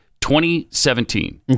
2017